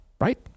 Right